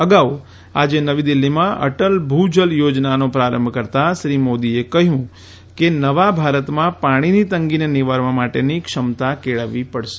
અગાઉ આજે નવી દીલ્ફીમાં અટલ ભૂજલ યોજનાનો પ્રારંભ કરતાં શ્રી મોદીએ કહ્યું કે નવાભારતમાં પાણીની તંગીને નિવારવા માટેની ક્ષમતા કેળવવી પડશે